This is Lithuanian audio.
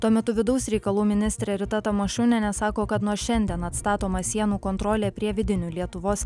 tuo metu vidaus reikalų ministrė rita tamašunienė sako kad nuo šiandien atstatoma sienų kontrolė prie vidinių lietuvos